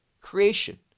creation